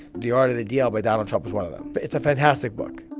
the art of the deal by donald trump was one of them. but it's a fantastic book